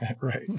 Right